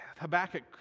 Habakkuk